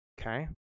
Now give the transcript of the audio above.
Okay